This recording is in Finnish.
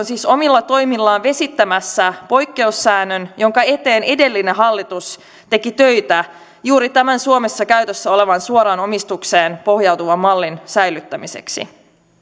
siis omilla toimillaan vesittämässä poikkeussäännön jonka eteen edellinen hallitus teki töitä juuri tämän suomessa käytössä olevan suoraan omistukseen pohjautuvan mallin säilyttämiseksi